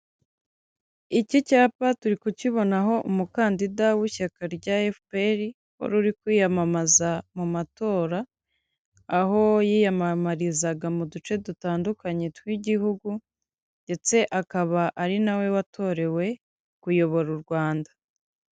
Iki cyapa turi kukibonaho umukandida w'ishyaka rya FPR wari uri kwiyamamaza mu matora aho yiyamamarizaga mu duce dutandukanye tw'Igihugu ndetse akaba ari nawe watorewe kuyobora u Rwanda.